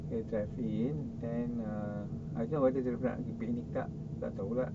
K drive in then uh I don't know whether they nak pergi picnic tak tak tahu pula